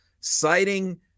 citing